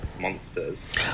monsters